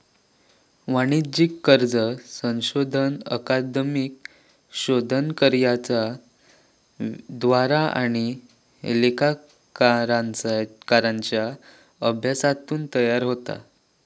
वाणिज्यिक कर्ज संशोधन अकादमिक शोधकर्त्यांच्या द्वारा आणि लेखाकारांच्या अभ्यासातून तयार होता